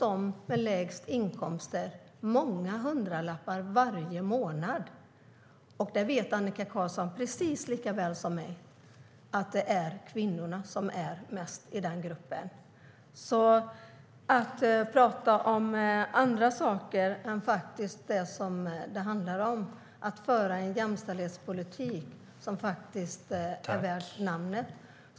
De förlorar många hundralappar varje månad. Annika Qarlsson vet precis lika väl som jag att det är flest kvinnor i den gruppen. Annika Qarlsson talar om andra saker än vad detta handlar om: att föra en jämställdhetspolitik som är värd namnet.